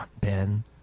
Ben